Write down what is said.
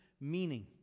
meaning